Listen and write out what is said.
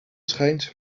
schijnt